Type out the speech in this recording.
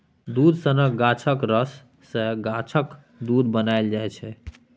दुध सनक गाछक रस सँ गाछक दुध बनाएल जाइ छै